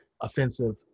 offensive